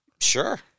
Sure